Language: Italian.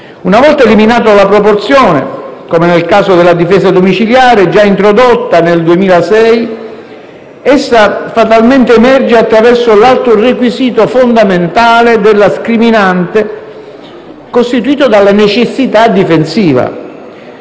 Una volta eliminata la proporzione, come nel caso della difesa domiciliare, già introdotta nel 2006, essa fatalmente emerge attraverso l'altro requisito fondamentale della scriminante costituito dalla necessità difensiva,